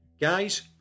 Guys